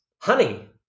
honey